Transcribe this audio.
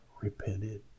repented